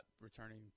returning